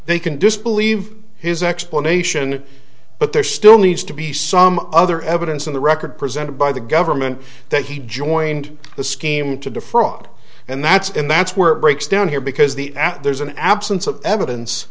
they can disbelieve his explanation but there still needs to be some other evidence in the record presented by the government that he joined the scheme to defraud and that's and that's where it breaks down here because the that there's an absence of evidence